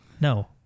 no